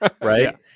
right